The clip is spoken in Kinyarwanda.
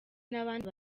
n’abandi